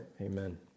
Amen